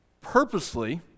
Purposely